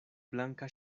blanka